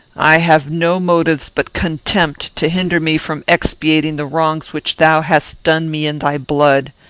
i have no motives but contempt to hinder me from expiating the wrongs which thou hast done me in thy blood.